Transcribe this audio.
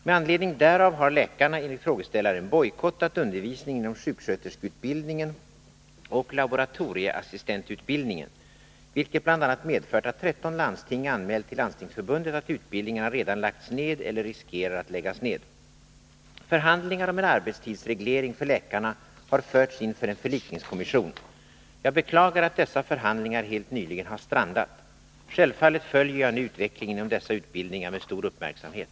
Med anledning därav har läkarna — enligt frågeställaren — bojkottat undervisningen inom sjuksköterskeutbildningen och laboratorieassistentutbildningen, vilket bl.a. medfört att tretton landsting anmält till Landstingsförbundet att utbildningarna redan lagts ned eller riskerar att läggas ned. Förhandlingar om arbetstidsreglering för läkarna har förts inför en förlikningskommission. Jag beklagar att dessa förhandlingar helt nyligen har strandat. Självfallet följer jag nu utvecklingen inom dessa utbildningar med stor uppmärksamhet.